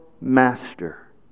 Master